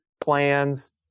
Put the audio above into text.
plans